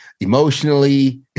emotionally